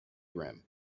grimm